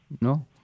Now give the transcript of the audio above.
No